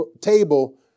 Table